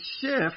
shift